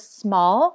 small